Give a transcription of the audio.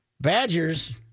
Badgers